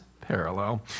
parallel